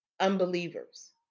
unbelievers